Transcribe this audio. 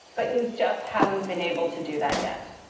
but you just haven't been able to do that yet.